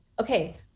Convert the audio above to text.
Okay